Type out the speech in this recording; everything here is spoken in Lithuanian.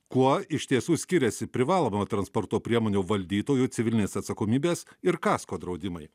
kuo iš tiesų skiriasi privalomo transporto priemonių valdytojų civilinės atsakomybės ir kasko draudimai